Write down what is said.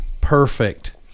perfect